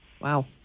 Wow